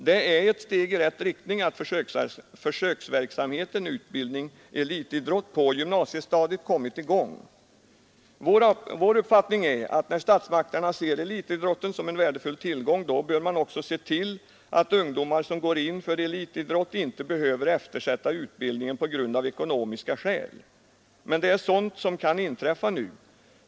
Det är ett steg i rätt riktning att försöksverksamheten utbildning-elitidrott på gymnasiestadiet har kommit i gång. Vår uppfattning är att när statsmakterna ser elitidrotten som en värdefull tillgång, då bör man också se till att ungdomar som går in för elitidrott inte av ekonomiska skäl behöver eftersätta utbildningen. Men det är sådant som kan inträffa nu.